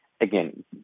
again